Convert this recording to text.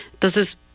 Entonces